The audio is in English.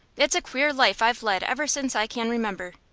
it's a queer life i've led ever since i can remember.